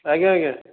ଆଜ୍ଞା ଆଜ୍ଞା